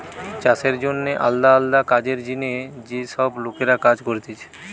চাষের জন্যে আলদা আলদা কাজের জিনে যে সব লোকরা কাজ করতিছে